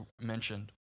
mentioned